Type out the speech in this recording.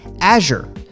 Azure